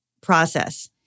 process